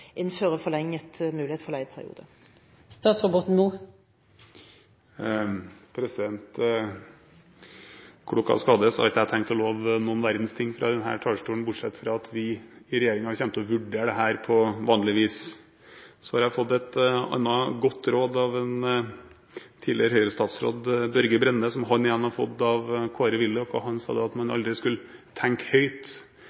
mulighet for forlenget leieperiode? Klok av skade har ikke jeg tenkt å love noen verdens ting fra denne talerstolen, bortsett fra at vi i regjeringen kommer til å vurdere dette på vanlig vis. Så har jeg fått et annet godt råd av en tidligere Høyre-statsråd, Børge Brende, som han igjen har fått av Kåre Willoch. Han sa at man